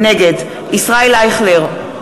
נגד ישראל אייכלר,